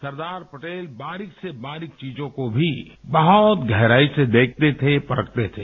सरदार पटेल बारीक से बारीक चीजों को भी बहुत गहराई से देखते थे परखते थे